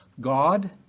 God